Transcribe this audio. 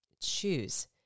choose